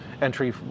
entry